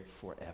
forever